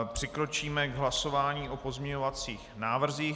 Přikročíme k hlasování o pozměňovacích návrzích.